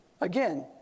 Again